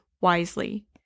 wisely